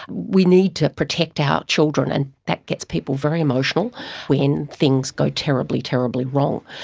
we need to protect our children, and that gets people very emotional when things go terribly, terribly wrong.